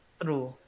true